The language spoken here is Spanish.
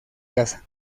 casa